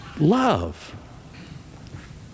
love